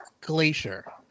Glacier